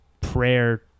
prayer